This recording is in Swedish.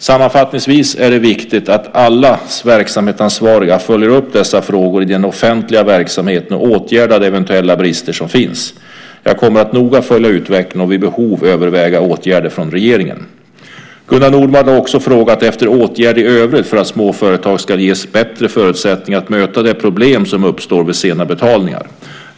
Sammanfattningsvis är det viktigt att alla verksamhetsansvariga följer upp dessa frågor i den offentliga verksamheten och åtgärdar de eventuella brister som finns. Jag kommer att noga följa utvecklingen och vid behov överväga åtgärder från regeringen. Gunnar Nordmark har också frågat efter åtgärder i övrigt för att små företag ska ges bättre förutsättningar att möta de problem som uppstår vid sena betalningar.